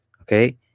okay